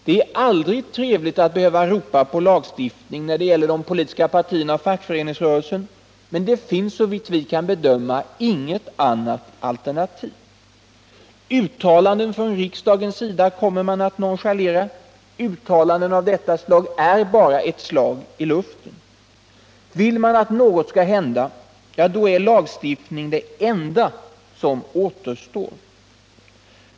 Det är aldrig trevligt att behöva ropa på lagstiftning när det gäller de politiska partierna och fackföreningsrörelsen, men det finns såvitt vi kan bedöma inget annat alternativ. Uttalanden från riksdagens sida kommer man att nonchalera. Uttalanden av denna art är bara ett slag i luften. Vill man att något skall hända, är lagstiftning det enda som återstår.